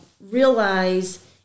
realize